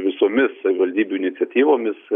visomis savivaldybių iniciatyvomis